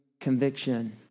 conviction